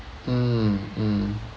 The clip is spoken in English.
mm mm